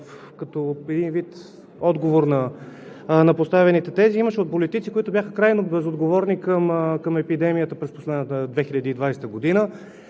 като вид отговор на поставените тези. Имаше политици, които бяха крайно безотговорни към епидемията през последната 2020 г.